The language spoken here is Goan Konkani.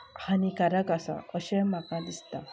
हानिकारक आसा अशें म्हाका दिसता